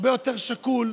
הרבה יותר שקול,